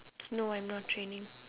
no I'm not training